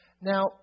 Now